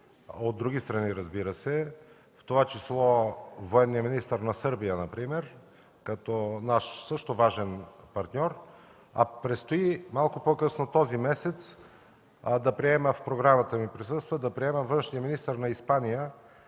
от други страни разбира се, в това число военният министър на Сърбия например, като наш също важен партньор. Малко по-късно този месец предстои, в програмата ми присъства, да приема външния министър на Испания